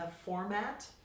format